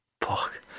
Fuck